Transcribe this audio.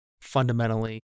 fundamentally